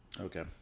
Okay